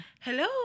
hello